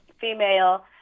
female